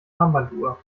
armbanduhr